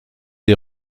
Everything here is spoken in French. des